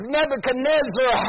Nebuchadnezzar